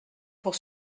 pour